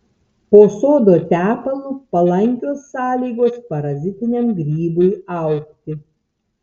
po sodo tepalu palankios sąlygos parazitiniam grybui augti